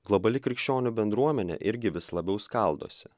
globali krikščionių bendruomenė irgi vis labiau skaldosi